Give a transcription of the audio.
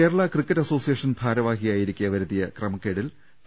Kerala cricket association ഭാരവാഹിയായി രിക്കെ വരുത്തിയ ക്രമക്കേടിൽ ടി